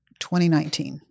2019